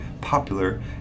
popular